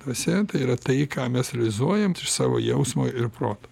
dvasia tai yra tai ką mes realizuojant iš savo jausmo ir proto